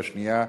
והשנייה,